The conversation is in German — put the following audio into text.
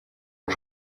und